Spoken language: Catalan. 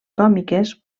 còmiques